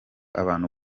abantu